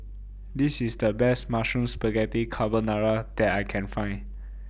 This IS The Best Mushroom Spaghetti Carbonara that I Can Find